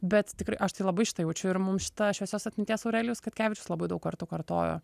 bet tikrai aš tai labai šitą jaučiu ir mums šitą šviesios atminties aurelijus katkevičius labai daug kartų kartojo